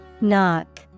Knock